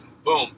Boom